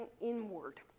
inward